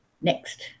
Next